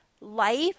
life